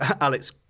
Alex